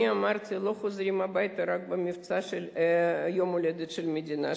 אני אמרתי: לא חוזרים הביתה רק במבצע יום-הולדת של המדינה,